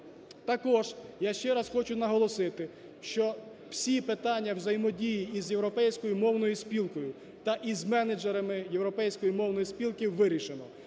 Також я ще раз хочу наголосити, що всі питання взаємодії із європейською мовною спілкою та із менеджерами європейської мовної спілки вирішено,